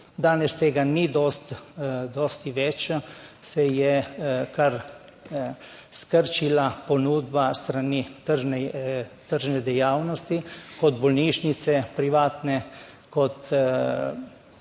danes tega ni dosti dosti več, se je kar skrčila ponudba s strani tržne dejavnosti kot bolnišnice, privatne, kot